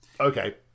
Okay